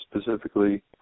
specifically